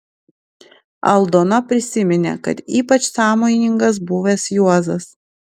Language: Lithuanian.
aldona prisiminė kad ypač sąmojingas buvęs juozas